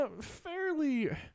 fairly